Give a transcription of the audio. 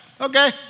Okay